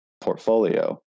portfolio